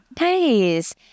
Nice